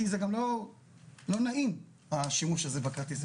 כי זה גם לא נעים השימוש הזה בכרטיס,